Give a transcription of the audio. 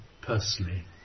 personally